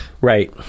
right